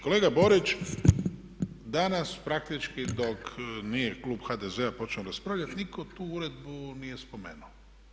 Kolega Borić, danas praktički dok nije klub HDZ-a počeo raspravljati nitko tu uredbu nije spomenuo.